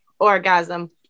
orgasm